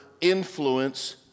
influence